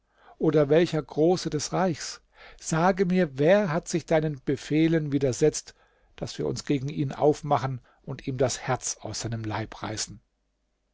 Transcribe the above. oder welcher große des reichs sage mir wer hat sich deinen befehlen widersetzt daß wir uns gegen ihn aufmachen und ihm das herz aus seinem leib reißen